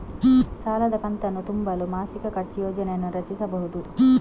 ಸಾಲದ ಕಂತನ್ನು ತುಂಬಲು ಮಾಸಿಕ ಖರ್ಚು ಯೋಜನೆಯನ್ನು ರಚಿಸಿಬಹುದು